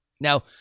Now